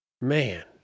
man